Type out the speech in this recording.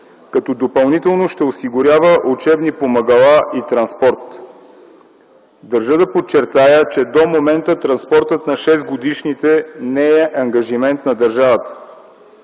като допълнително ще осигурява учебни помагала и транспорт. Държа да подчертая, че до момента транспортът на 6 годишните не е ангажимент на държавата.